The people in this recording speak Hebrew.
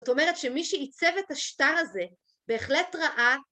זאת אומרת שמי שעיצב את השטר הזה בהחלט ראה...